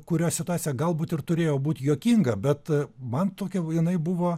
kurios situacija galbūt ir turėjo būt juokinga bet man tokia va jinai buvo